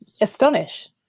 astonish